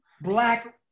black